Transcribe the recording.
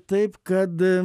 taip kad